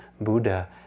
Buddha